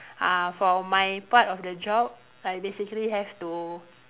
uh for my part of the job I basically have to